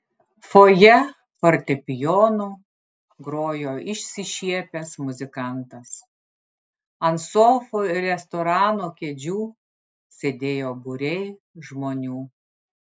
fojė fortepijonu grojo išsišiepęs muzikantas ant sofų ir restorano kėdžių sėdėjo būriai žmonių